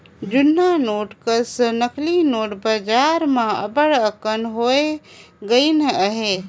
जुनहा नोट कस नकली नोट बजार में अब्बड़ अकन होए गइन अहें